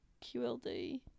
QLD